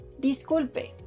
Disculpe